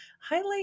highlight